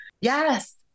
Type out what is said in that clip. Yes